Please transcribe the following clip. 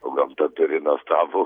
o gamta turi nuostabų